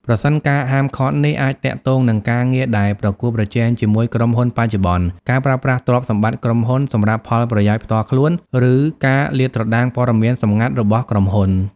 ប្រសិនការហាមឃាត់នេះអាចទាក់ទងនឹងការងារដែលប្រកួតប្រជែងជាមួយក្រុមហ៊ុនបច្ចុប្បន្ន ការប្រើប្រាស់ទ្រព្យសម្បត្តិក្រុមហ៊ុនសម្រាប់ផលប្រយោជន៍ផ្ទាល់ខ្លួន ឬការលាតត្រដាងព័ត៌មានសង្ងាត់របស់ក្រុមហ៊ុន។